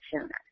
sooner